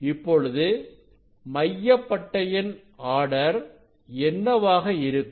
இப்பொழுது மைய பட்டையின் ஆர்டர் என்னவாக இருக்கும்